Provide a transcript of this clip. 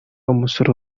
umusoro